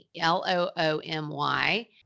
L-O-O-M-Y